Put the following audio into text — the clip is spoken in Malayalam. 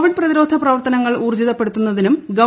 കോവിഡ് പ്രതിരോധ പ്രവർത്തനങ്ങൾ ഊർജ്ജിത പ്പെടുത്തുന്നതിനും ഗവ